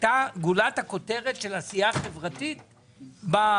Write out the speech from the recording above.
הייתה גולת הכותרת של עשייה חברתית בכנסת.